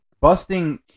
busting